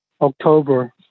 October